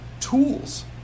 tools